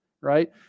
right